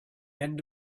end